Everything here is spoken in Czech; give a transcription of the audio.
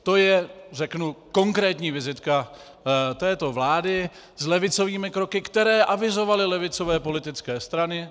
To je, řeknu, konkrétní vizitka této vlády s levicovými kroky, které avizovaly levicové politické strany.